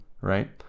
right